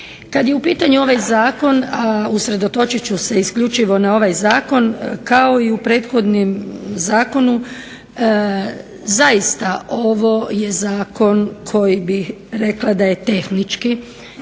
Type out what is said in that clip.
Kad je u pitanju ovaj zakon, a usredotočit ću se isključivo na ovaj zakon, kao i u prethodnom zakonu zaista ovo je zakon koji bih rekla da je tehnički